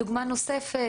דוגמה נוספת,